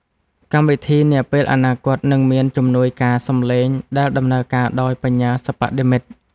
កម្មវិធីនាពេលអនាគត នឹងមានជំនួយការសំឡេងដែលដំណើរការដោយ បញ្ញាសិប្បនិម្មិត។